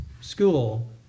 school